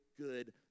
good